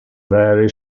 vary